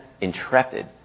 intrepid